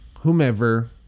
whomever